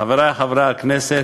חברי חברי הכנסת,